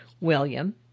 William